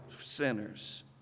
sinners